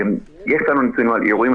יש לנו נתונים על אירועים,